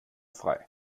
frei